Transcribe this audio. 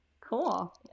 cool